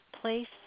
place